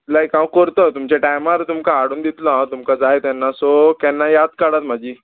लायक हांव करतां तुमच्या टायमार तुमकां हाडून दितलो हांव तुमकां जाय तेन्ना सो केन्ना याद काडात म्हाजी